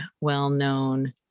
well-known